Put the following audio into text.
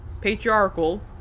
patriarchal